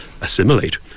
assimilate